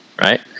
Right